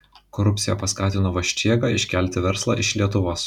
korupcija paskatino vaščėgą iškelti verslą iš lietuvos